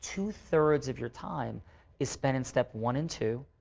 two thirds of your time is spent in step one and two,